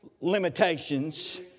limitations